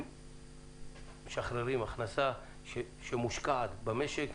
הם משחררים הכנסה שמושקעת במשק.